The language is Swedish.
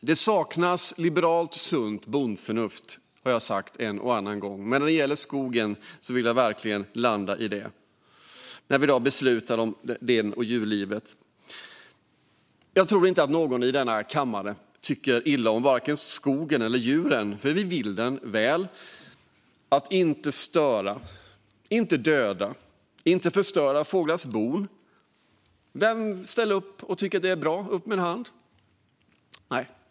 Det saknas liberalt sunt bondförnuft, har jag sagt en och annan gång. När det gäller skogen vill jag verkligen landa i det. I dag för vi en debatt inför beslut om skogen och djurlivet. Jag tror inte att någon i denna kammare tycker illa om vare sig skogen eller djuren. Vi vill dem väl. Att störa, att döda, att förstöra fåglars bon - vem ställer upp på det och tycker att det är bra? Upp med en hand!